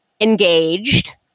engaged